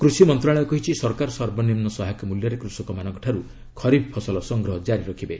କୃଷି ମନ୍ତ୍ରଣାଳୟ କହିଛି ସରକାର ସର୍ବନିମ୍ବ ସହାୟକ ମୂଲ୍ୟରେ କୃଷକମାନଙ୍କଠାରୁ ଖରିପ୍ ଫସଲ ସଂଗ୍ରହ ଜାରି ରଖିବେ